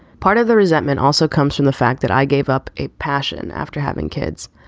part of the resentment also comes from the fact that i gave up a passion after having kids.